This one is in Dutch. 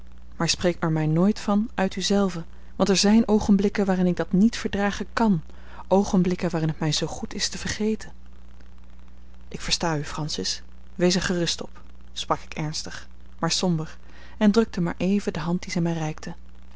maar spreek er mij nooit van uit u zelven want er zijn oogenblikken waarin ik dat niet verdragen kàn oogenblikken waarin het mij zoo goed is te vergeten ik versta u francis wees er gerust op sprak ik ernstig maar somber en drukte maar even de hand die zij mij reikte